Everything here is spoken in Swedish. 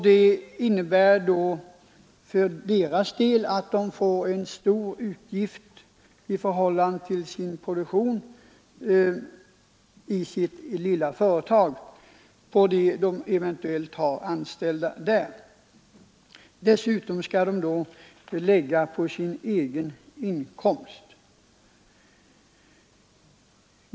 Det innebär att de får höga utgifter för eventuellt anställda i förhållande till sitt lilla företags produktion. Dessutom skall de alltså betala socialförsäkringsavgift på sin egen inkomst.